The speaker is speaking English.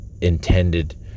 intended